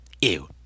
Ew